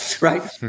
right